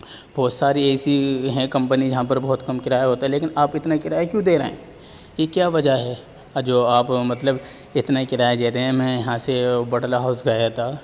بہت ساری ایسی ہیں کمپنی جہاں پر بہت کم کرایہ ہوتا ہے لیکن آپ اتنا کرایہ کیوں دے رہے ہیں یہ کیا وجہ ہے جو آپ مطلب اتنا کرایہ دیتے ہیں میں یہاں سے بٹلہ ہاؤس گیا تھا